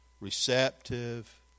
receptive